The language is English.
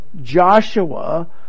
Joshua